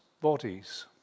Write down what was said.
bodies